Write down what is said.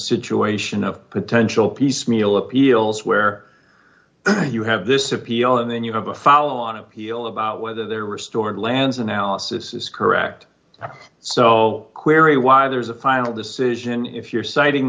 situation of potential piecemeal appeals where you have this appeal and then you have a follow on appeal about whether there restored lands analysis is correct so querrey why there's a final decision if you're citing